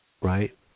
right